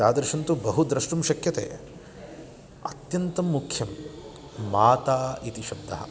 तादृशं तु बहु द्रष्टुं शक्यते अत्यन्तं मुख्यं माता इति शब्दः